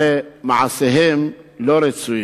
הרי מעשיהם לא רצויים.